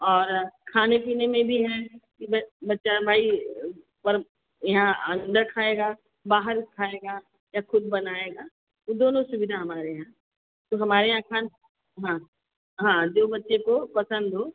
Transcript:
और खाने पीने में भी है कि बच्चा भाई पर यहाँ अंदर खाएगा बाहर खाएगा या खुद बनाएगा तो दोनों सुविधा हमारे यहाँ तो हमारे यहाँ खान हाँ हाँ जो बच्चे को पसंद हो